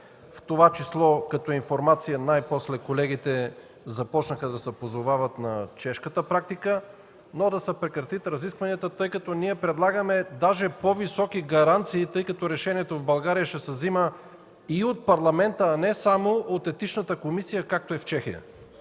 в това число като информация – най-после колегите започнаха да се позовават на чешката практика. Но да се прекратят разискванията, защото ние предлагаме даже по-високи гаранции, тъй като решението в България ще се взема и от Парламента, а не само от Етичната комисия, както е в Чехия.